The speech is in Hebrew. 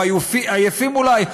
הם עייפים אולי,